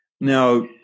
Now